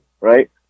right